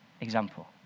example